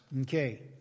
Okay